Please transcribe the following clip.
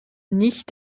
nicht